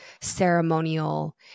ceremonial